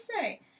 say